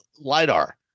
LIDAR